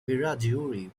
wiradjuri